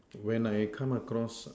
when I come across